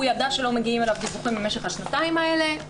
הוא ידע שלא מגיעים אליו דיווחים במשך השנתיים האלה.